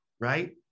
right